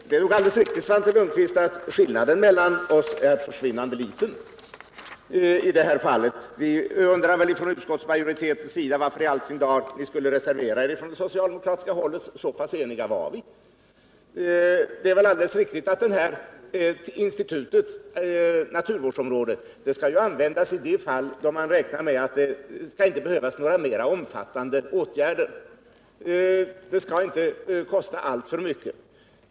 Herr talman! Det är nog alldeles riktigt, Svante Lundkvist, att skillnaden mellan oss är försvinnande liten i det här fallet. Vi undrar från utskottsmajoritetens sida varför i all sin dar ni socialdemokrater skulle reservera er. Så pass eniga var vi. Det är också riktigt att institutet naturvårdsområde skall användas i de fall då man räknar med att det inte skall behövas några mera omfattande åtgärder — det skall inte kosta alltför mycket.